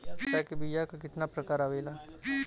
मिर्चा के बीया क कितना प्रकार आवेला?